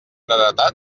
heretat